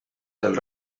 del